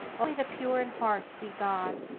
only the pure in heart see god,